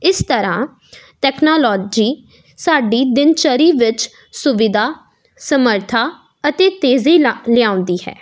ਇਸ ਤਰ੍ਹਾਂ ਤੈਕਨਾਲੋਜੀ ਸਾਡੀ ਦਿਨਚਰੀ ਵਿੱਚ ਸੁਵਿਧਾ ਸਮਰਥਾ ਅਤੇ ਤੇਜ਼ੀ ਲਾ ਲਿਆਉਂਦੀ ਹੈ